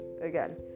again